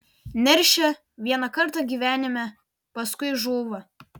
neršia vieną kartą gyvenime paskui žūva